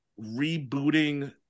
rebooting